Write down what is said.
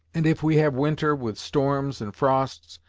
and if we have winter, with storms and frosts,